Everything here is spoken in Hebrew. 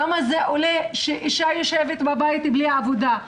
כמה זה עולה שאישה יושבת בבית בלי עבודה,